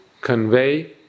convey